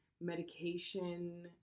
medication